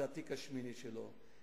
זה התיק השמיני שלו.